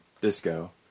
Disco